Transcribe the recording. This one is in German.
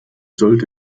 sollte